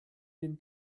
den